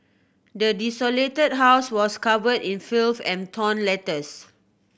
the desolated house was covered in filth and torn letters